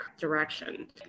direction